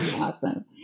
awesome